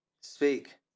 Speak